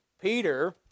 Peter